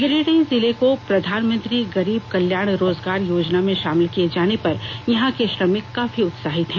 गिरिडीह जिले को प्रधानमंत्री गरीब कल्याण रोजगार योजना में शामिल किए जाने पर यहां के श्रमिक काफी उत्साहित हैं